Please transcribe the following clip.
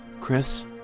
Chris